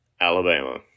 alabama